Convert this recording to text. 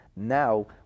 Now